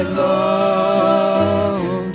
love